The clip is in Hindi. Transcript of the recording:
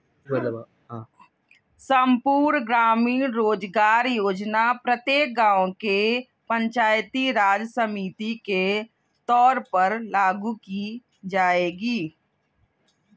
संपूर्ण ग्रामीण रोजगार योजना प्रत्येक गांव के पंचायती राज समिति के तौर पर लागू की जाएगी